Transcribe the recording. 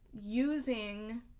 using